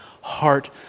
heart